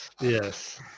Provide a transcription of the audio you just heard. Yes